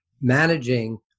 managing